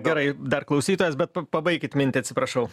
gerai dar klausytojas bet pa pabaikit mintį atsiprašau